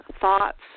thoughts